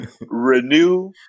Renew